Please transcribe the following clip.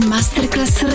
Masterclass